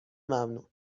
ممنون